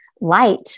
light